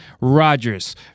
Rodgers